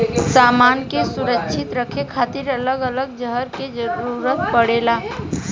सामान के सुरक्षित रखे खातिर अलग अलग जगह के जरूरत पड़ेला